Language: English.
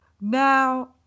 now